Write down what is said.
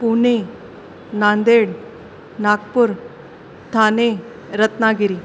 Pune Nanded Nagpur Thane Ratnagiri